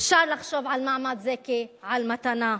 אפשר לחשוב על מעמד זה כעל מתנה,